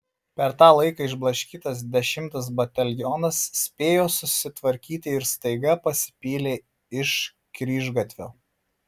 per tą laiką išblaškytas dešimtas batalionas spėjo susitvarkyti ir staiga pasipylė iš kryžgatvio